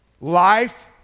life